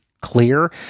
clear